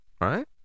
Right